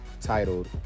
titled